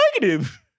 negative